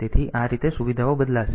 તેથી આ રીતે સુવિધાઓ બદલાશે